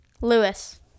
Lewis